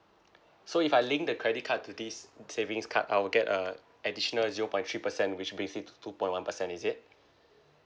so if I link the credit card to this savings card I'll get a additional zero point three percent which basic two point one percent is it